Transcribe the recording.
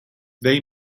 they